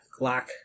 Glock